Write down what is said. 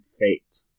fate